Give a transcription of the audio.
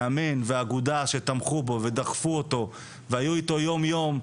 מאמן ואגודה שתמכו בו ודחפו אותו והיו אתו יום-יום.